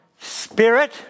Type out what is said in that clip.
spirit